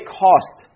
cost